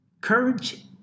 courage